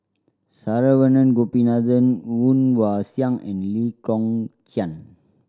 Saravanan Gopinathan Woon Wah Siang and Lee Kong Chian